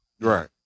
Right